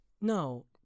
No